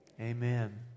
Amen